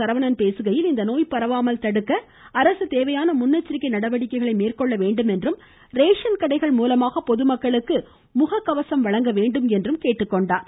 சரவணன் பேசுகையில் இந்த நோய் பரவாமல் தடுக்க அரசு தேவையான முன்னெச்சரிக்கை நடவடிக்கைகளை மேற்கொள்ள வேண்டும் என்றும் ரேஷன் கடைகள் மூலமாக பொதுமக்களுக்கு முகக்கவசம் வழங்க வேண்டும் என்றும் கேட்டுக் கொண்டார்